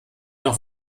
noch